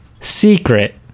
secret